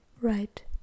right